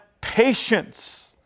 patience